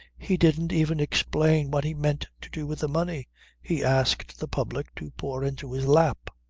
he didn't even explain what he meant to do with the money he asked the public to pour into his lap.